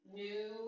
new